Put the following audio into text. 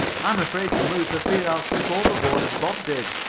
i'm afraid to move for fear i'll slip overboard as bob did.